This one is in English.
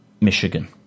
Michigan